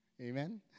Amen